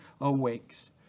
awakes